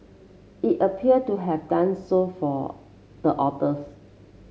it appear to have done so for the authors